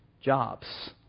jobs